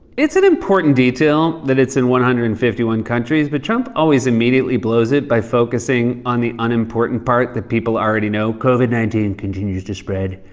it's an important detail that it's in one hundred and fifty one countries, but trump always immediately blows it by focusing on the unimportant part that people already know. covid nineteen continues to spread.